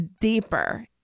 deeper